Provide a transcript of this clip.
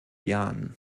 jahren